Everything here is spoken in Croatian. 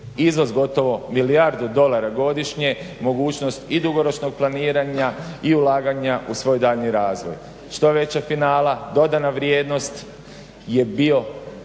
izvoz gotovo milijardu dolara godišnje, mogućnost i dugoročnog planiranja i ulaganja u svoj daljnji razvoj. Što veće finala, dodana vrijednost je bio